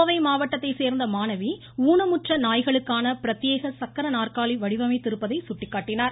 கோவை மாவட்டத்தைச் சோ்ந்த மாணவி ஊனமுற்ற நாய்களுக்கான பிரத்யேக சக்கர நாற்காலி வடிவமைத்திருப்பதை சுட்டிக்காட்டினார்